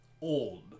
old